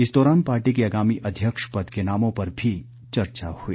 इस दौरान पार्टी के आगामी अध्यक्ष पद के नामों पर चर्चा हुई